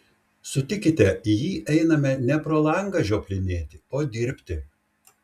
sutikite į jį einame ne pro langą žioplinėti o dirbti